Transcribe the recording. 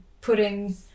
putting